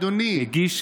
אדוני,